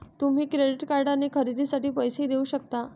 तुम्ही क्रेडिट कार्डने खरेदीसाठी पैसेही देऊ शकता